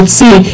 see